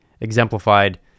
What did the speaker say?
exemplified